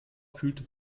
fühlte